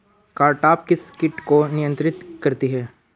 Cartap किस किट को नियंत्रित करती है?